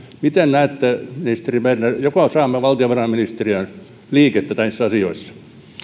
miten näette ministeri berner joko saamme valtiovarainministeriöön liikettä näissä asioissa